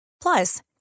Plus